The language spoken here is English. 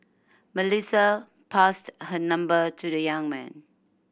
Melissa passed her number to the young man